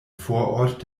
vorort